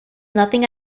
nothing